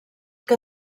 que